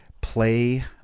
play